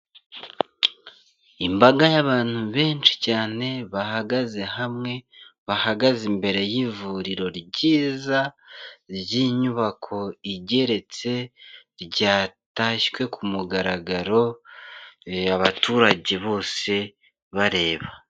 Imbaga y'abantu benshi cyane bahagaze hamwe, bahagaze imbere y'ivuriro ryiza ry'inyubako igeretse ryatashywe ku mugaragaro abaturage bose bareba.